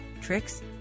tricks